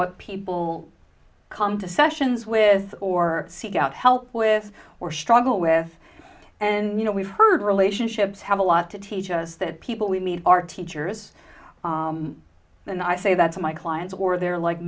what people come to sessions with or seek out help with or struggle with and you know we've heard relationships have a lot to teach us that people we meet our teachers and i say that's my clients or they're like